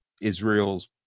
Israel's